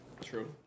true